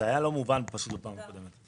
זה היה לא מובן בפעם הקודמת.